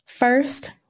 First